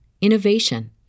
innovation